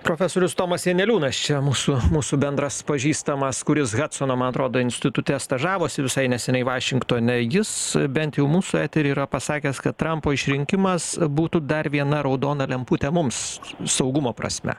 profesorius tomas janeliūnas čia mūsų mūsų bendras pažįstamas kuris hadsono man atrodo institute stažavosi visai neseniai vašingtone jis bent jau mūsų etery yra pasakęs kad trampo išrinkimas būtų dar viena raudona lemputė mums saugumo prasme